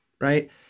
Right